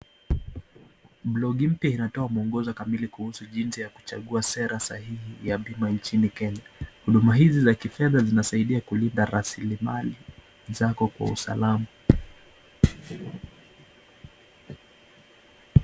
Logi mpya inatoa mwongozo kamili kuhusu jinsi ya kuchahua sera sahihi nchini Kenya. Huduma hizi za kifedha zinasaidia kulinda rasili mali japo kwa usalama.